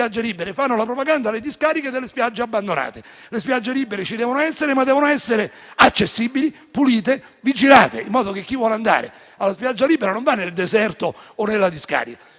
Le spiagge libere ci devono essere, ma devono essere accessibili, pulite e vigilate, in modo che chi voglia andare alla spiaggia libera non vada nel deserto o nella discarica.